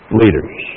leaders